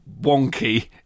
wonky